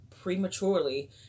prematurely